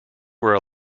were